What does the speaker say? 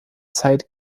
zeit